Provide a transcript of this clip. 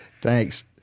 Thanks